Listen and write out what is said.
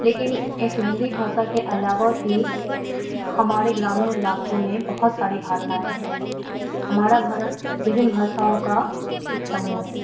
लेकिन इस हिन्दी भाषा के अलावा भी हमारे ग्रामीण इलाकों में बहुत सारी भाषाएँ हैं हमारा भारत विभिन्न भाषाओं का एक समूह है